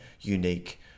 unique